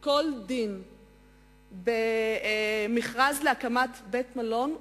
כל דין במכרז להקמת בית-מלון,